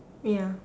ya